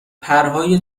پرهای